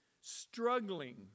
struggling